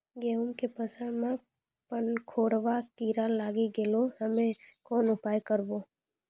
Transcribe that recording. गेहूँ के फसल मे पंखोरवा कीड़ा लागी गैलै हम्मे कोन उपाय करबै?